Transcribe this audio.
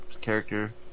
character